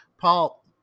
Paul